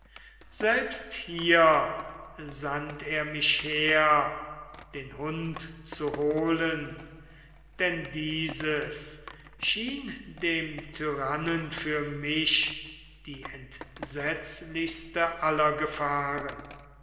selbst hier sandt er mich her den hund zu holen denn dieses schien dem tyrannen für mich die entsetzlichste aller gefahren